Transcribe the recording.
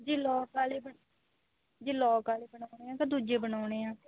ਜੀ ਲੋਕ ਵਾਲੇ ਬਣਾ ਜੀ ਲੋਕ ਵਾਲੇ ਬਣਾਉਣੇ ਆ ਕਿ ਦੂਜੇ ਬਣਾਉਣੇ ਆ